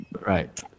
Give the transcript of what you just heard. Right